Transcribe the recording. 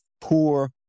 poor